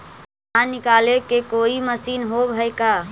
धान निकालबे के कोई मशीन होब है का?